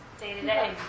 day-to-day